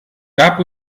gab